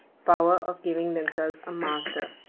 power of giving themselves a master.